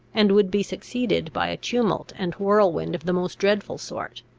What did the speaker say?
and would be succeeded by a tumult and whirlwind of the most dreadful sort.